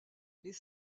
les